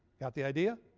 got the idea?